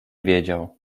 wiedział